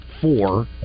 four